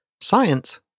Science